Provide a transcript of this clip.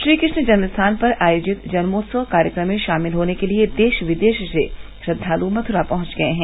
श्रीकृश्ण जन्म स्थान पर आयोजित जन्मोत्सव कार्यक्रम में षामिल होने के लिए देष विदेष से श्रद्धालु मथुरा पहुंच गये हैं